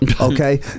Okay